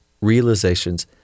realizations